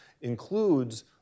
includes